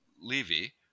Levy